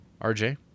RJ